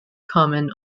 common